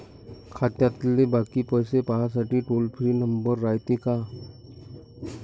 खात्यातले बाकी पैसे पाहासाठी टोल फ्री नंबर रायते का?